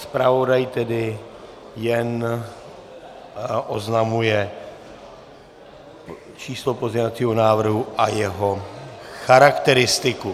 Zpravodaj tedy jen oznamuje číslo pozměňovacího návrhu a jeho charakteristiku.